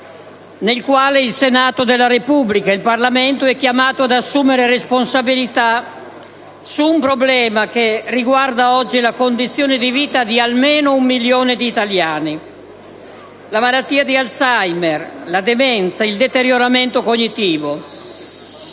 in cui il Senato della Repubblica è chiamato ad assumere responsabilità su un problema che oggi riguarda la condizione di vita di almeno un milione di italiani: la malattia di Alzheimer, la demenza, il deterioramento cognitivo.